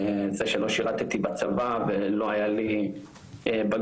וזה שלא שרתי בצבא ולא היה לי בגרויות,